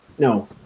No